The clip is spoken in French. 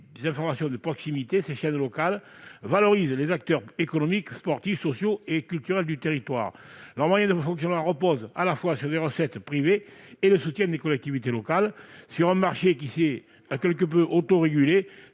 des informations de proximité, ces chaînes locales valorisent les acteurs économiques, sportifs, sociaux et culturels du territoire. Leurs moyens de fonctionnement reposent à la fois sur des recettes privées et le soutien des collectivités locales. Sur un marché qui s'est quelque peu autorégulé,